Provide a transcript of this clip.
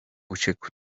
uciekł